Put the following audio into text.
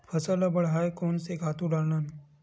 फसल ल बढ़ाय कोन से खातु डालन?